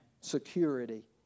Security